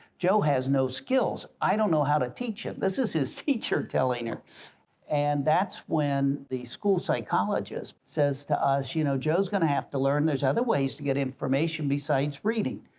joe has no skills. i don't know how to teach him this is his teacher telling her and that's when the school psychologist says to us you know joe's gonna have to learn there's other ways to get information besides reading.